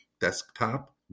desktop